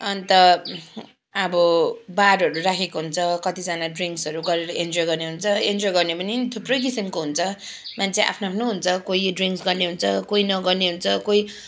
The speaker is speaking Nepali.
अन्त अब बारहरू राखेको हुन्छ कतिजना ड्रिङ्क्सहरू गरेर इन्जोय गर्ने हुन्छ इन्जोय गर्ने पनि थुप्रै किसिमको हुन्छ मान्छे आफ्नो आफ्नो हुन्छ कोही ड्रिङ्क्स गर्ने हुन्छ कोही नगर्ने हुन्छ कोही